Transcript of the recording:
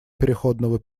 переходного